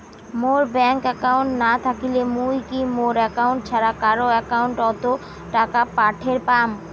মোর bank account না থাকিলে মুই কি মোর একাউন্ট ছাড়া কারো একাউন্ট অত টাকা পাঠের পাম?